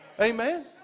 Amen